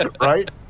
Right